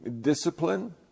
discipline